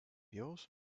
yours